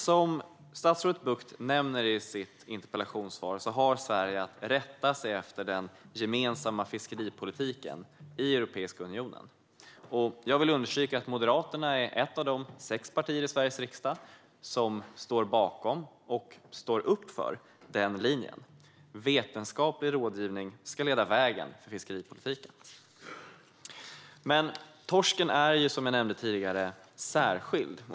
Som statsrådet Bucht nämner i sitt interpellationssvar har Sverige att rätta sig efter den gemensamma fiskeripolitiken i Europeiska unionen. Jag vill understryka att Moderaterna är ett av de sex partier i Sveriges riksdag som står bakom och står upp för den linjen. Och vetenskaplig rådgivning ska leda vägen för fiskeripolitiken. Torsken är som sagt särskild.